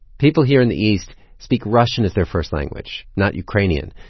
people here in the east speak russian as their first language not ukrainian.